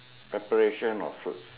preparations of fruits